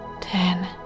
Ten